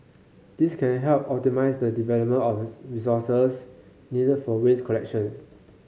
this can help optimise the deployment of resources needed for waste collection